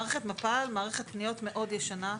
מערכת מפ"ל היא מערכת פניות מאוד ישנה,